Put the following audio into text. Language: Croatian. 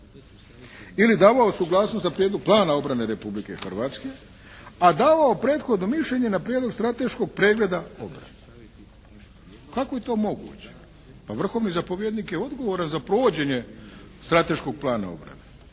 ili davao suglasnost na prijedlog plana obrane Republike Hrvatske, a davao prethodno mišljenje na prijedlog strateškog pregleda obrane? Kako je to moguće? Pa Vrhovni zapovjednik je odgovoran za provođenje strateškog plana obrane.